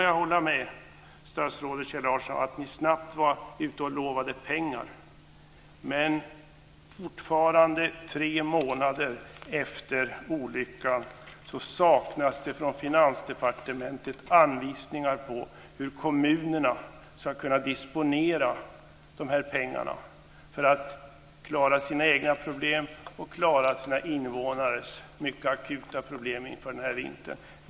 Jag håller med statsrådet Kjell Larsson om att ni snabbt var ute med att lova pengar, men fortfarande tre månader efter olyckan saknas det från Finansdepartementet anvisningar om hur kommunerna ska kunna disponera de här pengarna för att klara sina egna problem och sina invånares mycket akuta svårigheter inför den här vintern.